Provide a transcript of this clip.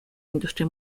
industria